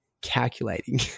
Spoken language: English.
calculating